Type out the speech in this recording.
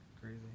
crazy